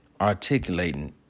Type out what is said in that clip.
articulating